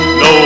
no